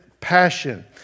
passion